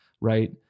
Right